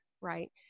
right